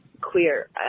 queer